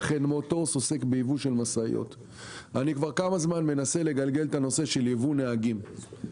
אני כבר כמה זמן מנסה לגלגל את הנושא של יבוא נהגים מחוץ לארץ.